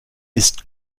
ist